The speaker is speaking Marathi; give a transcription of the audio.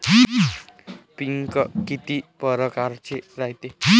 पिकं किती परकारचे रायते?